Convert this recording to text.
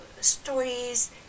stories